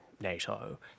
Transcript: NATO